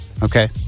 Okay